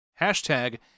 hashtag